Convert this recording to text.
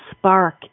spark